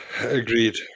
Agreed